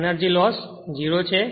energy loss 0 છે